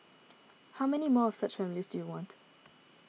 how many more of such families do you want